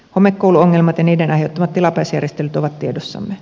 homekouluongelmat ja niiden aiheuttamat tilapäisjärjestelyt ovat tiedossamme